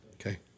Okay